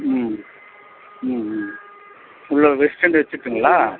ம் ம் ம் உள்ளே வெஸ்டன் வெச்சுட்டுங்களா